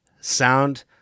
sound